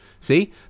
See